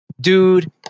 dude